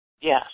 Yes